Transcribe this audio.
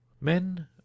Men